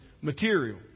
material